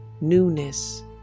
newness